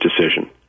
decision